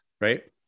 right